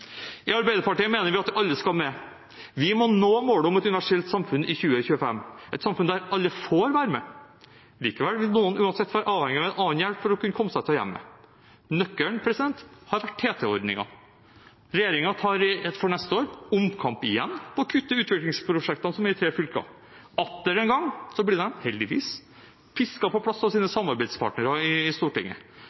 I Arbeiderpartiet mener vi at alle skal med. Vi må nå målet om et universelt utformet samfunn i 2025, et samfunn der alle får være med. Likevel vil noen uansett være avhengig av hjelp for å kunne komme seg ut av hjemmet. Nøkkelen til dette har vært TT-ordningen. Regjeringen tar for neste år igjen omkamp for å kutte utviklingsprosjektene som er i tre fylker. Atter en gang blir de – heldigvis – pisket på plass av sine samarbeidspartnere i Stortinget.